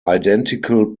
identical